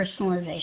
personalization